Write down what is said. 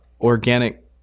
organic